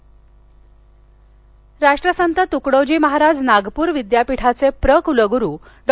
नियक्ती राष्ट्रसंत तुकडोजी महाराज नागपूर विद्यापीठाचे प्र कुलगुरु डॉ